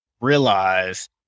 realize